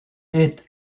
est